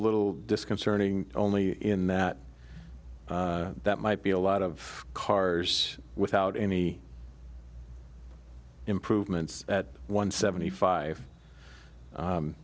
little disconcerting only in that that might be a lot of cars without any improvements at one seventy five